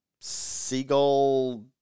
seagull